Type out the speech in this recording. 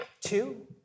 Two